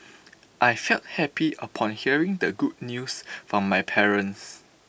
I felt happy upon hearing the good news from my parents